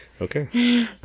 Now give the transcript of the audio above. Okay